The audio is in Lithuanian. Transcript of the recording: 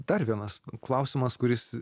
dar vienas klausimas kuris